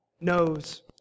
knows